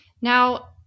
Now